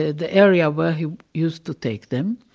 ah the area where he used to take them,